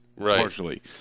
partially